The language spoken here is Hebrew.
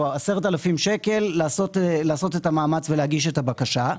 10,000 שקלים לעשות את המאמץ ולהגיש את הבקשה.